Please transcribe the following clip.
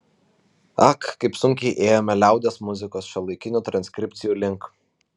ak kaip sunkiai ėjome liaudies muzikos šiuolaikinių transkripcijų link